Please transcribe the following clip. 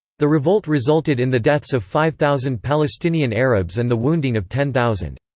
the revolt resulted in the deaths of five thousand palestinian arabs and the wounding of ten thousand.